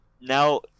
now